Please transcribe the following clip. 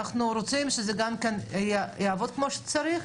אנחנו רוצים שזה יעבוד כמו שצריך,